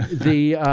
the